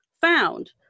found